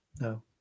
no